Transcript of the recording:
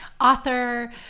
author